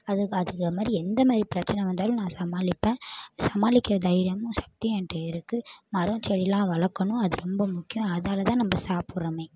அதுக்கு அதுக்கு மாரி எந்த மாரி பிரச்சின வந்தாலும் நான் சமாளிப்பேன் சமாளிக்கிற தைரியமும் சக்தியும் என்கிட்ட இருக்குது மரம் செடியெலாம் வளர்க்குணும் அது ரொம்ப முக்கியம் அதால்தான் நம்ம சாப்பிட்றோமே